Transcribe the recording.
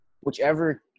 whichever